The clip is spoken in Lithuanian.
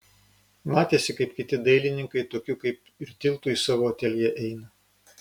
matėsi kaip kiti dailininkai tokiu kaip ir tiltu į savo ateljė eina